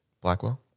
Blackwell